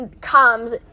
Comes